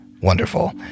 Wonderful